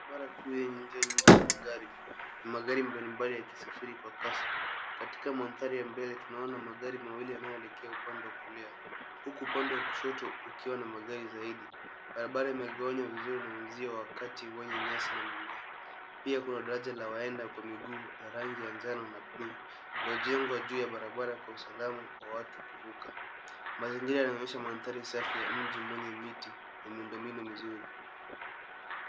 Barabara kuu yenye njia kadhaa za magari inaonyesha mtiririko mkubwa wa usafiri. Magari yanapita kwa kasi katika pande zote mbili, huku upande wa kulia na kushoto ukiwa na msongamano wa wastani. Barabara hii imejengwa kwa mpangilio mzuri na kando yake kuna nyasi pamoja na mimea ya kijani. Juu yake kuna daraja la waenda kwa miguu lenye rangi ya manjano na buluu, lililojengwa kwa ajili ya kuhakikisha usalama wa watembea kwa miguu. Mandhari haya yanadhihirisha mji wenye usafi, mpangilio na mazingira yenye miti yanayopendeza.